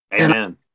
Amen